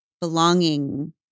belonging